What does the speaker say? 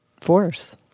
force